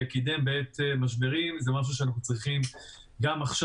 קידם בעת משברים זה משהו שאנחנו צריכים גם עכשיו.